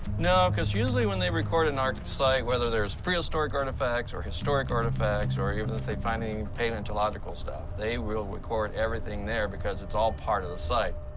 no, cause usually when they record an arch whether there's prehistoric artifacts or historic artifacts or even if they find any paleontological stuff, they will record everything there, because it's all part of the site.